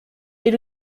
est